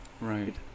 Right